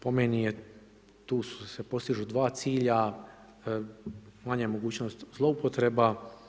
Po meni tu se postižu dva cilja, manja je mogućnost zloupotreba.